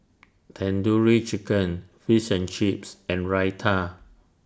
Tandoori Chicken Fish and Chips and Raita